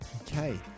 Okay